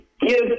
Give